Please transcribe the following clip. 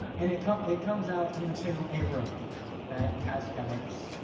and it comes it comes out into a room that has colors,